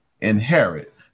inherit